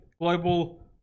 Global